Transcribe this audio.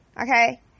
okay